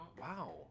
Wow